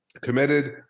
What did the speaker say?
committed